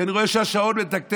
כי אני רואה שהשעון מתקתק,